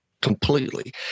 completely